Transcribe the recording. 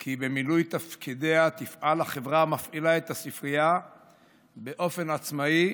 כי במילוי תפקידיה תפעל החברה המפעילה את הספרייה באופן עצמאי,